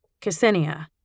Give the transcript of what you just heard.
Ksenia